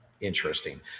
interesting